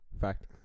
Fact